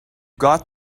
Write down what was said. got